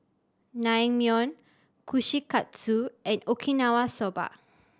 Naengmyeon Kushikatsu and Okinawa Soba